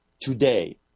today